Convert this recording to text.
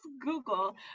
Google